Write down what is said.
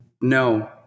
No